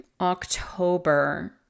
October